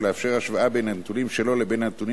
ולאפשר השוואה בין הנתונים שלו לבין הנתונים